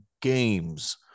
games